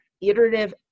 iterative